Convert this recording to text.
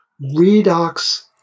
redox